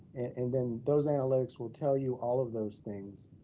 and then those analytics will tell you all of those things.